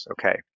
Okay